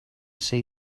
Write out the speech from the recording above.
see